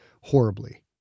horribly